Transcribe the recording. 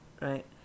right